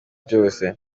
cyose